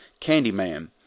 Candyman